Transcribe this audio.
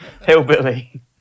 Hillbilly